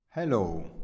Hello